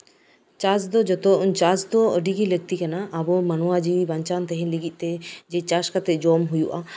ᱪᱟᱥ ᱫᱚ ᱡᱚᱛᱚ ᱪᱟᱥ ᱫᱚ ᱟᱹᱰᱤᱜᱮ ᱞᱟᱹᱠᱛᱤ ᱠᱟᱱᱟ ᱟᱵᱚ ᱢᱟᱱᱣᱟ ᱡᱤᱣᱤ ᱵᱟᱧᱪᱟᱣ ᱛᱟᱸᱦᱮᱱ ᱞᱟᱹᱜᱤᱫᱛᱮ ᱡᱮ ᱪᱟᱥ ᱠᱟᱛᱮᱜ ᱡᱚᱢ ᱦᱩᱭᱩᱜᱼᱟ